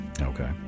okay